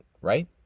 right